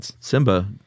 Simba